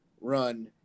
run